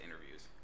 interviews